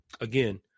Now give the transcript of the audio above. again